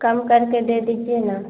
कम करके दे दीजिए न